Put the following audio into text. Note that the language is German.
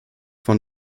von